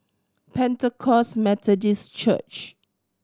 Pentecost Methodist Church